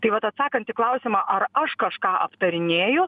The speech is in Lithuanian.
tai vat atsakant į klausimą ar aš kažką aptarinėju